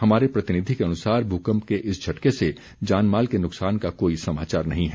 हमारे प्रतिनिधि के अनुसार भूकम्प के इस झटके से जानमाल के नुकसान का कोई समाचार नहीं है